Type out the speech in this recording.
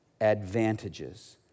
advantages